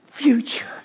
future